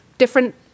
different